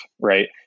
right